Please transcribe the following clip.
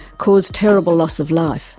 caused terrible loss of life.